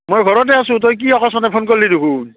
মই ঘৰতে আছো তই কি অকস্মাতে ফোন কৰিলিদেখোন